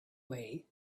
way